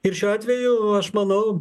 ir šiuo atveju aš manau